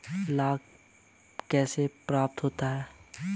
लाख कैसे प्राप्त होता है?